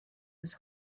his